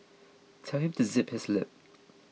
tell him to zip his lip